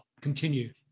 continue